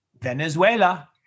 Venezuela